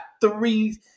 three